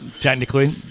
technically